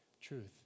Truth